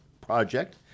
Project